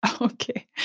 Okay